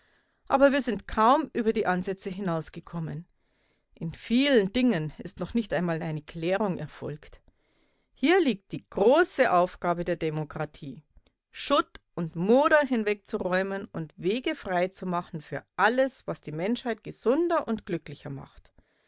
aber wir sind kaum über die ansätze hinausgekommen in vielen dingen ist noch nicht einmal eine klärung erfolgt hier liegt die große aufgabe der demokratie schutt und moder hinwegzuräumen und wege freizumachen für alles was die menschheit gesunder und glücklicher macht